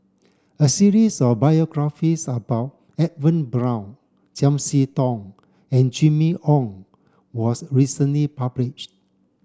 a series of biographies about Edwin Brown Chiam See Tong and Jimmy Ong was recently published